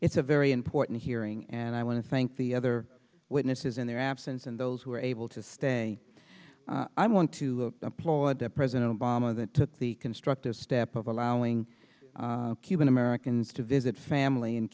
it's a very important hearing and i want to thank the other witnesses in their absence and those who were able to stay i want to applaud the president obama that took the constructive step of allowing cuban americans to visit family in